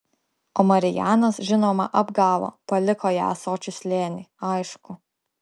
o marijanas žinoma apgavo paliko ją ąsočių slėny aišku